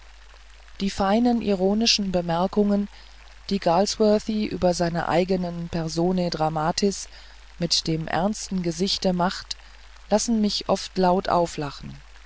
die feinen ironischen bemerkungen die galsworthy über seine eigenen personae dramatis mit dem ernstesten gesicht macht lassen mich oft laut auflachen